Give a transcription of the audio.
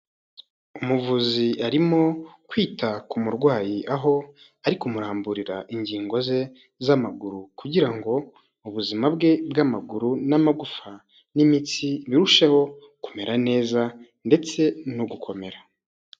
Umuvuzi arimo kwita ku murwayi aho ari kumuramburira ingingo ze z'amaguru. Kugira ngo ubuzima bwe bw'amaguru n'amagufa n'imitsi birusheho kumera neza, ndetse no gukomera.